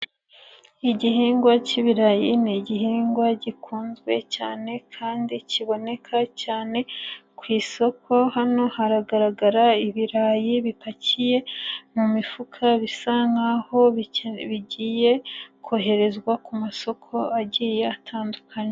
Igihingwa k'ibirayi ni igihingwa gikunzwe cyane kandi kiboneka cyane ku isoko, hano haragaragara ibirayi bipakiye mu mifuka bisa nk'aho bigiye koherezwa ku masoko agiye atandukanye.